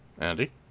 Andy